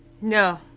No